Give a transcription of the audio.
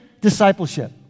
discipleship